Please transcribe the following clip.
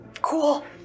Cool